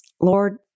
Lord